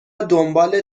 دنبال